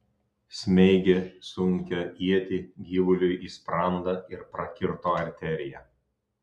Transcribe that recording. smeigė sunkią ietį gyvuliui į sprandą ir prakirto arteriją